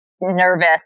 nervous